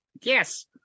Yes